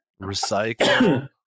recycle